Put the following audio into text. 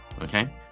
okay